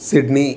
Sydney